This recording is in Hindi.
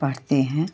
पढ़ते हैं